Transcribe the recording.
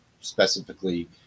specifically